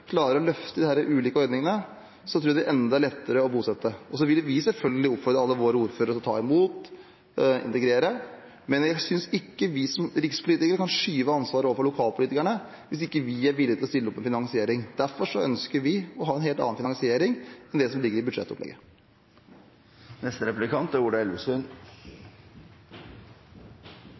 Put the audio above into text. klarer å løfte de ulike ordningene, tror vi det blir enda lettere å bosette. Vi vil selvfølgelig oppfordre alle våre ordførere til å ta imot og integrere, men jeg syns ikke vi som rikspolitikere kan skyve ansvaret over på lokalpolitikerne hvis ikke vi er villig til å stille opp med finansiering. Derfor ønsker vi å ha en helt annen finansiering enn det som ligger i budsjettopplegget.